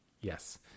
Yes